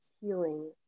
healing